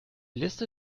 liste